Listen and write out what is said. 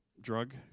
drug